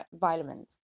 vitamins